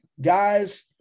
Guys